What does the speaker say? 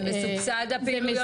זה מסובסד הפעילויות?